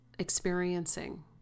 experiencing